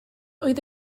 oedd